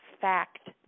fact